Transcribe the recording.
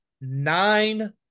nine